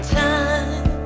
time